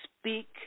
speak